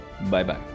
bye-bye